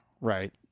Right